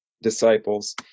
Disciples